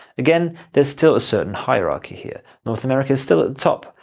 again, there's still a certain hierarchy here. north america is still at the top,